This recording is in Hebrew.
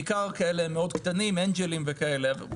בעיקר, מאוד קטנים שכאלה, אנג'לים וכאלה.